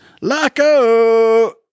Laco